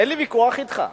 אין לי ויכוח אתך.